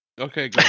Okay